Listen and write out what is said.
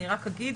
אני רק אגיד